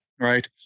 right